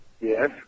yes